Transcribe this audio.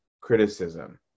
criticism